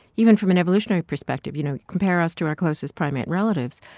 even from an evolutionary perspective, you know, compare us to our closest primate relatives,